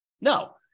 No